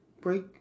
Break